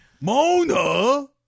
Mona